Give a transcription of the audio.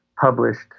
published